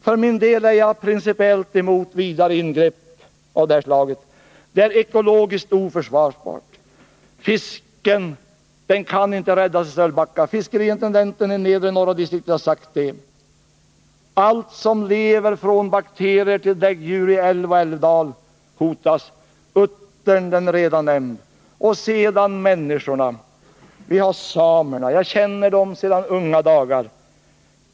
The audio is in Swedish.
För min del är jag principiellt emot vidare ingrepp av det här slaget. De är ekologiskt oförsvarbara. Fisken kan inte räddas i Sölvbacka — fiskeriinten Nr 27 denten i nedre norra distriktet har sagt det. Allt som lever, från bakterier till Onsdagen den däggdjur, i älv och älvdal hotas. Uttern är redan nämnd. 19 november 1980 Och sedan människorna! Vi har samerna. Jag känner dem sedan mina unga dagar.